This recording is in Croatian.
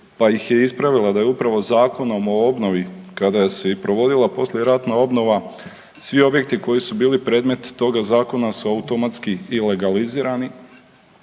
pa ih je ispravila da je upravo Zakonom o obnovi kada se i provodila poslijeratna obnova svi objekti koji su bili predmet toga Zakona su automatski i legalizirani.